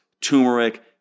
turmeric